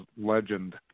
legend